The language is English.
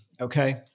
Okay